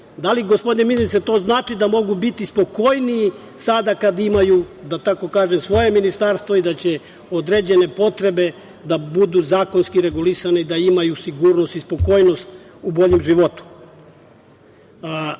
Da li, gospodine ministre, znači da mogu biti spokojniji sada kada imaju, da tako kažem, svoje ministarstvo i da će određene potrebe da budu zakonski regulisane i da imaju sigurnost i spokojnost u boljem životu? Šta